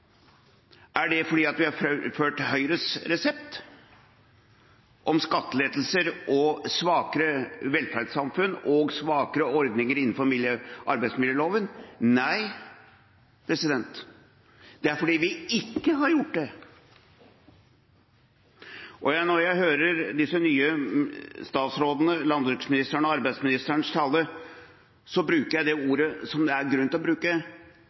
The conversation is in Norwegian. Er det fordi vi har ført Høyres resept – om skattelettelser og svakere velferdssamfunn og svakere ordninger innenfor arbeidsmiljøloven? Nei, det er fordi vi ikke har gjort det. Når jeg hører disse nye statsrådenes taler, landbruksministeren og arbeidsministeren, bruker jeg det ordet som det er grunn til å bruke: